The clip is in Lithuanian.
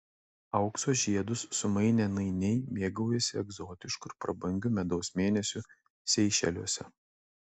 aukso žiedus sumainę nainiai mėgaujasi egzotišku ir prabangiu medaus mėnesiu seišeliuose